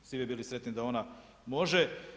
Svi bi bili sretni da ona može.